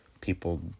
people